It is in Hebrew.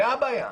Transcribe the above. זאת הבעיה.